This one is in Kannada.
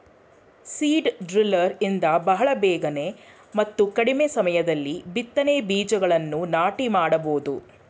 ಸೀಡ್ ಡ್ರಿಲ್ಲರ್ ಇಂದ ಬಹಳ ಬೇಗನೆ ಮತ್ತು ಕಡಿಮೆ ಸಮಯದಲ್ಲಿ ಬಿತ್ತನೆ ಬೀಜಗಳನ್ನು ನಾಟಿ ಮಾಡಬೋದು